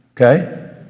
Okay